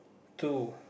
two